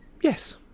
Yes